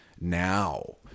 now